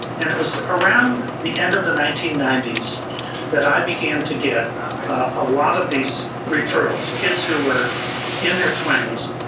and it was around the end of the nineteen ninety s that i began to get a lot of these referrals, kids who were in their twenty s,